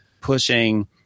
pushing